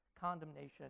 condemnation